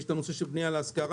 יש את נושא הבנייה להשכרה,